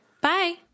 Bye